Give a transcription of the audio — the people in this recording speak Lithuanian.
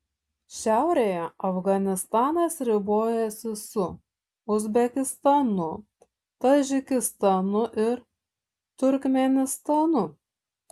šiaurėje afganistanas ribojasi su uzbekistanu tadžikistanu ir turkmėnistanu